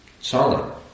solid